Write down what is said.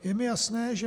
Je mi jasné, že